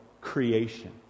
creation